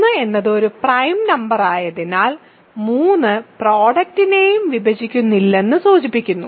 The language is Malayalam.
3 എന്നത് ഒരു പ്രൈം നമ്പർ ആയതിനാൽ 3 പ്രൊഡക്ടിനെയും വിഭജിക്കുന്നില്ലെന്ന് സൂചിപ്പിക്കുന്നു